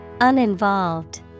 Uninvolved